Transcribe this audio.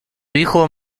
hijo